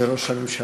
לראש הממשלה.